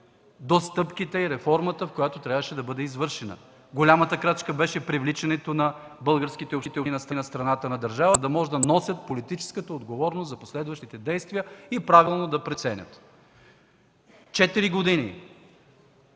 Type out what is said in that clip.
до стъпките и реформата, която трябваше да бъде извършена. Голямата крачка беше привличането на българските общини на страната на държавата, за да може да носят политическата отговорност за последващите действия и правилно да преценяват. Четири години,